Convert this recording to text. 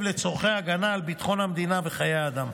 לצורכי ההגנה על ביטחון המדינה וחיי אדם.